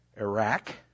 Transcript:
Iraq